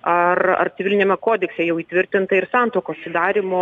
ar ar civiliniame kodekse jau įtvirtintai ir santuokos sudarymo